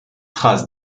traces